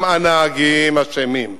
גם הנהגים אשמים.